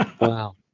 Wow